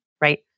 right